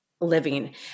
living